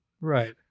right